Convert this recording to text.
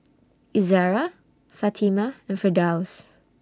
Izzara Fatimah and Firdaus